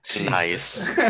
Nice